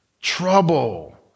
trouble